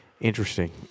Interesting